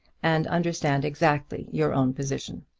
and understand exactly your own position.